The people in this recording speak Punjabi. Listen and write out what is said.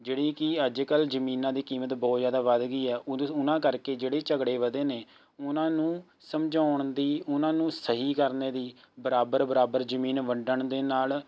ਜਿਹੜੀ ਕਿ ਅੱਜ ਕੱਲ੍ਹ ਜ਼ਮੀਨਾਂ ਦੀ ਕੀਮਤ ਬਹੁਤ ਜ਼ਿਆਦਾ ਵੱਧ ਗਈ ਹੈ ਉਹਦੇ ਉਹਨਾਂ ਕਰਕੇ ਜਿਹੜੇ ਝਗੜੇ ਵਧੇ ਨੇ ਉਹਨਾਂ ਨੂੰ ਸਮਝਾਉਣ ਦੀ ਉਹਨਾਂ ਨੂੰ ਸਹੀ ਕਰਨੇ ਦੀ ਬਰਾਬਰ ਬਰਾਬਰ ਜ਼ਮੀਨ ਵੰਡਣ ਦੇ ਨਾਲ